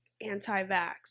anti-vax